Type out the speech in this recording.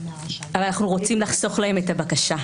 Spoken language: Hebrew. אבל אנחנו רוצים לחסוך להם את הבקשה.